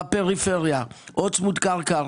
בפריפריה צמוד קרקע,